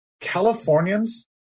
Californians